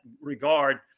regard